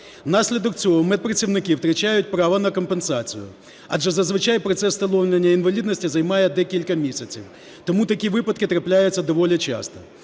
Внаслідок цього, медпрацівники втрачають право на компенсацію, адже зазвичай процес встановлення інвалідності займає декілька місяців, тому такі випадки трапляються доволі часто.